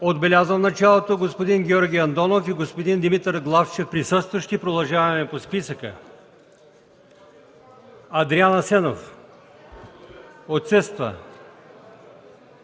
Отбелязвам в началото господин Георги Андонов и господин Димитър Главчев – присъстващи. Продължаваме по списъка: Адриан Христов Асенов